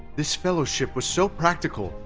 this fellowship was so practical!